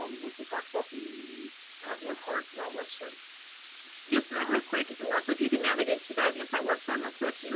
um we can talk about the and mpart website just ah real quick, les, if you can navigate to that and mpart website real quick.